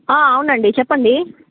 అవునండి చెప్పండి